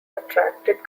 attracted